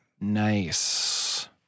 Nice